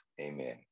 Amen